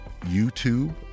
YouTube